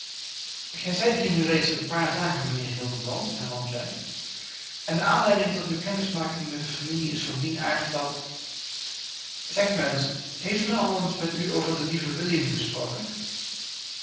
gij zijt hier nu reeds een paar dagen mijnheer hildebrand hernam zij en de aanleiding tot uwe kennismaking met de familie is van dien aard dat zeg mij eens heeft men al eens met u over den lieven william gesproken